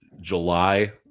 July